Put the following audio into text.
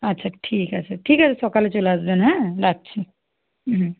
আচ্ছা ঠিক আছে ঠিক আছে সকালে চলে আসবেন হ্যাঁ রাখছি হুম